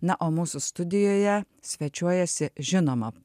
na o mūsų studijoje svečiuojasi žinoma